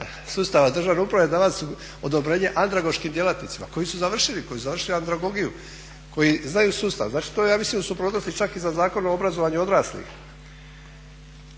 sustava državne uprave davat odobrenje andragoškim djelatnicima koji su završili andragogiju, koji znaju sustav. Znači to je ja mislim u suprotnosti čak i sa Zakonom o obrazovanju odraslih.